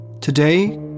today